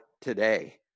today